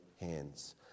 Hands